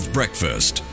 Breakfast